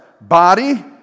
Body